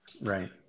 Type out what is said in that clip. Right